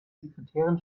sekretärin